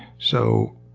so,